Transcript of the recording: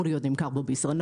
אמור להימכר בישראל?